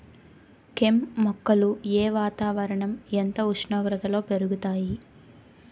కెమ్ మొక్కలు ఏ వాతావరణం ఎంత ఉష్ణోగ్రతలో పెరుగుతాయి?